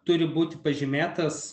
turi būti pažymėtas